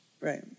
Right